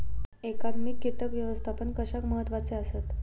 एकात्मिक कीटक व्यवस्थापन कशाक महत्वाचे आसत?